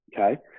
Okay